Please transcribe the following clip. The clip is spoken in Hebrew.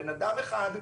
בן אדם אחד,